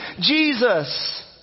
Jesus